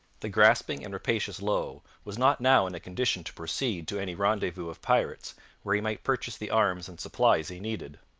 the grasping and rapacious low was not now in a condition to proceed to any rendezvous of pirates where he might purchase the arms and supplies he needed.